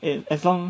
it's as long